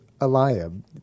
Eliab